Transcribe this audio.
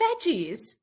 veggies